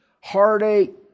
heartache